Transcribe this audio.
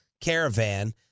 caravan